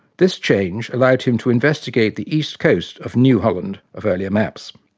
this change allowed him to investigate the east coast of new holland of earlier maps.